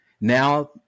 Now